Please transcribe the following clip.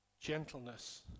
gentleness